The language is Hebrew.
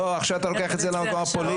לא, עכשיו אתה לוקח את זה למקום הפוליטי.